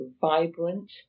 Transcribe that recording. vibrant